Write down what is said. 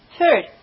Third